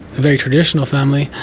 very traditional family,